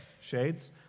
shades